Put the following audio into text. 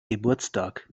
geburtstag